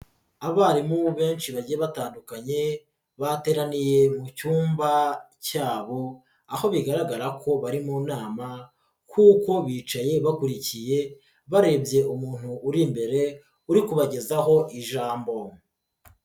Abarimu benshi bagiye batandukanye bateraniye mu cyumba cyabo, aho bigaragara ko bari mu nama kuko bicaye bakurikiye barebye umuntu uri imbere uri kubagezaho ijambo.